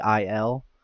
IL